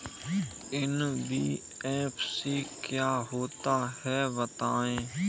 NBFC क्या होता है बताएँ?